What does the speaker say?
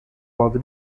lado